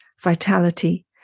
vitality